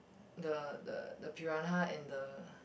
the the the Pirana and the